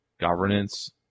governance